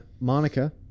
Monica